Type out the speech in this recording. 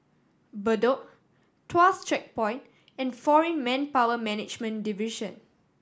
Bedok Tuas Checkpoint and Foreign Manpower Management Division